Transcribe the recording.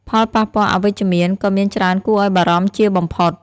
ផលប៉ះពាល់អវិជ្ជមាន ក៏មានច្រើនគួរឱ្យបារម្ភជាបំផុត។